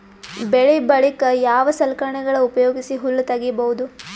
ಬೆಳಿ ಬಳಿಕ ಯಾವ ಸಲಕರಣೆಗಳ ಉಪಯೋಗಿಸಿ ಹುಲ್ಲ ತಗಿಬಹುದು?